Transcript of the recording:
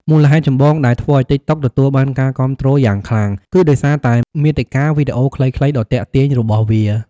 មូលហេតុចម្បងដែលធ្វើឱ្យ ទីកតុក ទទួលបានការគាំទ្រយ៉ាងខ្លាំង គឺដោយសារតែ មាតិកាវីដេអូខ្លីៗដ៏ទាក់ទាញ របស់វា។